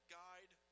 guide